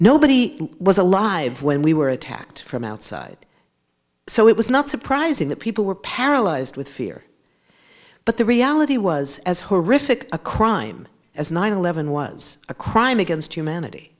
nobody was alive when we were attacked from outside so it was not surprising that people were paralyzed with fear but the reality was as horrific a crime as nine eleven was a crime against humanity